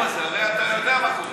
כל הערבוב הזה, הרי אתה יודע מה קורה.